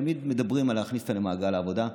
תמיד מדברים על להכניס אותם למעגל העבודה.